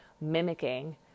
mimicking